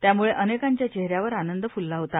त्यामुळे अनेकांच्या चेहऱ्यावर आनंद फुलला होता